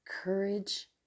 courage